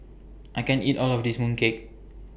I can't eat All of This Mooncake